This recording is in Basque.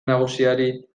nagusiari